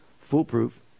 foolproof